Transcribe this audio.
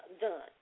done